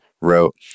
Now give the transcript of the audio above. wrote